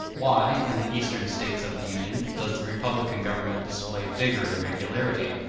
why, in the eastern states of the union, does the republican government display vigor and regularity,